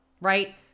right